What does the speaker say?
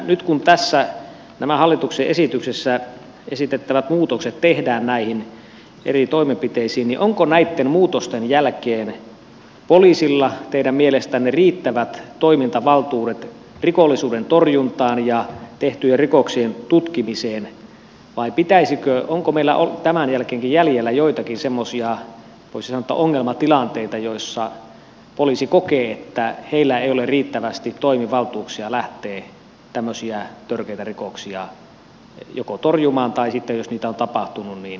nyt kun tässä hallituksen esityksessä esitettävät muutokset tehdään näihin eri toimenpiteisiin niin onko näitten muutosten jälkeen poliisilla teidän mielestänne riittävät toimintavaltuudet rikollisuuden torjuntaan ja tehtyjen rikoksien tutkimiseen vai onko meillä tämän jälkeenkin jäljellä joitakin semmoisia voisi sanoa ongelmatilanteita joissa poliisi kokee että heillä ei ole riittävästi toimivaltuuksia lähteä tämmöisiä törkeitä rikoksia joko torjumaan tai sitten jos niitä on tapahtunut tutkimaan